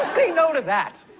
say no to that?